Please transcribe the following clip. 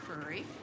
Furry